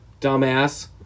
dumbass